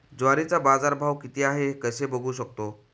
ज्वारीचा बाजारभाव किती आहे कसे बघू शकतो?